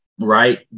right